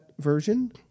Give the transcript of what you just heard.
version